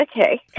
Okay